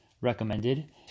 recommended